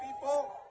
people